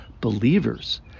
believers